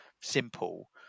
simple